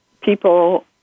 people